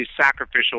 sacrificial